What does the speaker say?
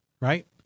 right